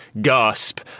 gasp